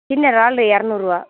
சின்ன இறால் இரநூறுவா